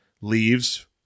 leaves